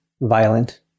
violent